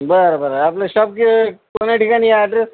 बरं बरं आपलं शॉप क कोण्या ठिकाणी आहे ॲड्रेस